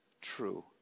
true